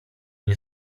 nie